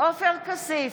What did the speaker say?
עופר כסיף,